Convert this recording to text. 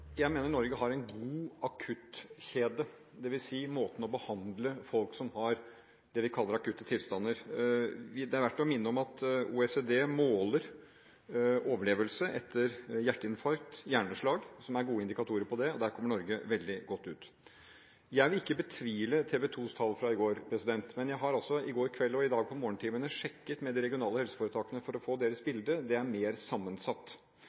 jeg mener Norge har en god akuttkjede, det vil si måten å behandle folk som har det vi kaller akutte tilstander. Det er verd å minne om at OECD måler overlevelse etter hjerteinfarkt og hjerneslag, som er gode indikatorer på det. Der kommer Norge veldig godt ut. Jeg vil ikke betvile TV 2s tall fra i går. Jeg har i går kveld og i morgentimene i dag sjekket med de regionale helseforetakene for å få deres bilde. Det er mer sammensatt.